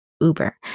Uber